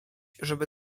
żeby